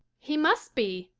he must be,